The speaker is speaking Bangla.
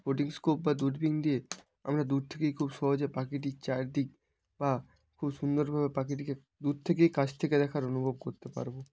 স্পটিং স্কোপ বা দূরবীন দিয়ে আমরা দূর থেকেই খুব সহজে পাখিটির চারদিক বা খুব সুন্দরভাবে পাখিটিকে দূর থেকেই কাছ থেকে দেখার অনুভব করতে পারবো